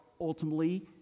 ultimately